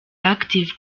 active